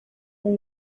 new